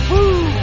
Woo